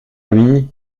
lui